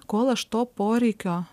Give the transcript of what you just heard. kol aš to poreikio